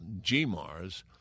GMARS